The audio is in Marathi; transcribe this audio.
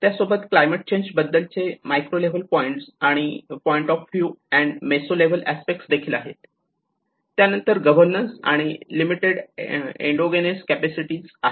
त्यासोबत क्लायमेट चेंज बद्दलचे micro level point of view and meso level aspect देखील आहे त्यानंतर गव्हर्नन्स आणि लिमिटेड एन्डोगेनोस कॅपॅसिटी आहे